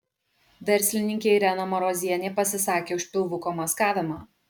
verslininkė irena marozienė pasisakė už pilvuko maskavimą